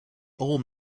old